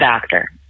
doctor